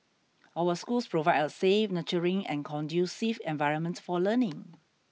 our schools provide a safe nurturing and conducive environment for learning